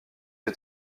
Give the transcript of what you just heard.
est